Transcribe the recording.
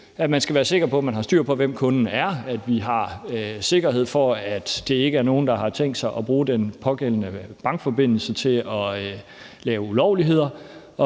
Man skal være sikker på, at man har styr på, hvem kunden er, og at man har sikkerhed for, at det ikke er nogen, der har tænkt sig at bruge den pågældende bankforbindelse til at lave ulovligheder.